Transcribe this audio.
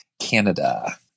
Canada